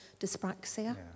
dyspraxia